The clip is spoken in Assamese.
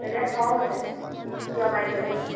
তেতিয়া খং উঠে কিয় মাৰিছে বুলি